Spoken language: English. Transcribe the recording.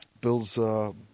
Bill's, –